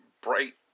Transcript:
bright